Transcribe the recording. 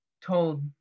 told